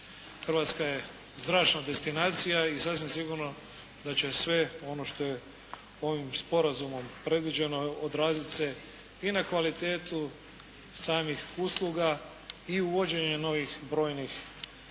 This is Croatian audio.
Hrvatska je zračna destinacija i sasvim sigurno da će sve ono što je ovim sporazumom predviđeno odrazit se i na kvalitetu samih usluga i uvođenje novih brojnih